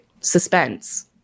suspense